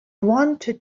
wanted